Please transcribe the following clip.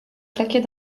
claquer